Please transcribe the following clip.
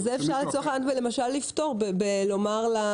את זה אפשר לפתור בכך שיאמרו לצרכן